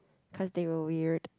cause they were weird